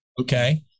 Okay